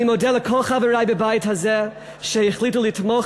אני מודה לכל חברי בבית הזה שהחליטו לתמוך